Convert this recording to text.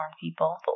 people